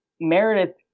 Meredith